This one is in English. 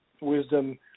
wisdom